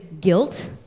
guilt